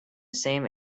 same